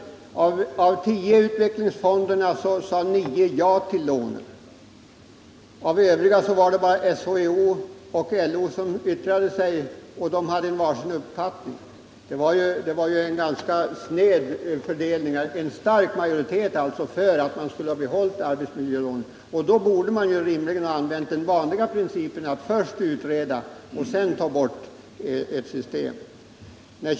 Av tio utvecklingsfonder sade nio ja till lånen. SHIO och LO, som yttrade sig härom, hade var sin uppfattning. En stark majoritet var alltså för att man skulle behålla arbetsmiljölånen. Då borde man rimligen använda den vanliga principen att först utreda systemet och sedan eventuellt ta bort det, om man kunde finna bättre lösningar.